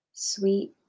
sweet